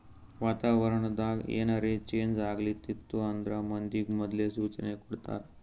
ವಾತಾವರಣ್ ದಾಗ್ ಏನರೆ ಚೇಂಜ್ ಆಗ್ಲತಿತ್ತು ಅಂದ್ರ ಮಂದಿಗ್ ಮೊದ್ಲೇ ಸೂಚನೆ ಕೊಡ್ತಾರ್